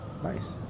Nice